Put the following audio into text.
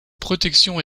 protections